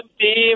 team